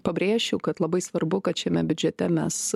pabrėšiu kad labai svarbu kad šiame biudžete mes